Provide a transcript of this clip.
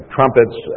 Trumpets